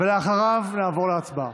ואחריו נעבור להצבעה.